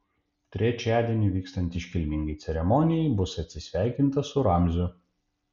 trečiadienį vykstant iškilmingai ceremonijai bus atsisveikinta su ramziu